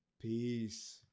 Peace